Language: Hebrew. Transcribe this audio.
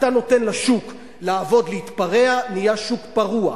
אתה נותן לשוק לעבוד, להתפרע, נהיה שוק פרוע.